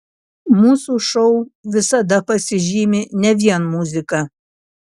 mūsų šou visada pasižymi ne vien muzika